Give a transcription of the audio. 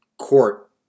court